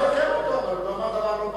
אדוני, אתה יכול לבקר אותו, דבר לא פרלמנטרי.